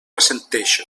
assenteixo